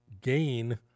gain